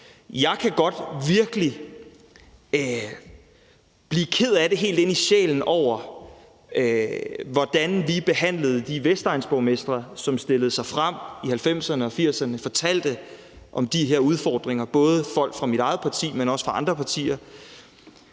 Jeg kan godt blive virkelig ked af det helt ind i sjælen over, hvordan vi behandlede de vestegnsborgmestre, som stillede sig frem i 1980'erne og 1990'erne og fortalte om de her udfordringer – det var både folk fra mit eget parti, men også fra andre partier.